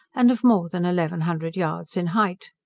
and of more than eleven hundred yards in height.